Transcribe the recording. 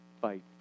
fight